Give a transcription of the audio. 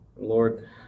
Lord